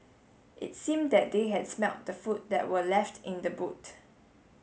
it seemed that they had smelt the food that were left in the boot